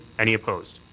any opposed?